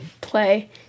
play